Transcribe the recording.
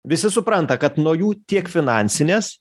visi supranta kad nuo jų tiek finansinės